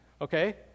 Okay